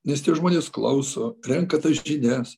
nes tie žmonės klauso renka tas žinias